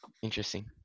Interesting